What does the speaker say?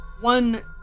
One